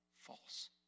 false